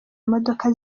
imodoka